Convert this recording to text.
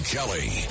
Kelly